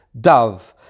dove